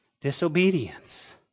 Disobedience